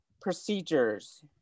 procedures